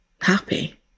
happy